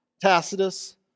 Tacitus